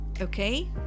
okay